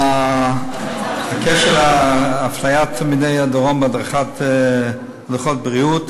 בקשר לאפליית תלמידי הדרום בהדרכות בריאות,